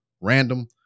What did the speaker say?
RANDOM